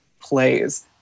plays